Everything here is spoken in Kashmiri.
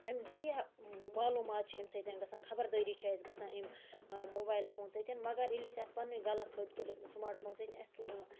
امہ دُنیاہ معلومات چھِ امہ سۭتۍ گَژھان خَبَر دٲری چھِ اَسہِ گَژھان امہ موبایل فون سۭتۍ مَگَر ییٚلہِ اَسہ اتھ پَننوٚے غَلَط فٲیدٕ تُل امہ سماٹ فون سۭتۍ اَسہِ تُل نہٕ